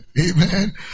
Amen